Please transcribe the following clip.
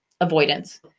avoidance